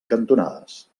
cantonades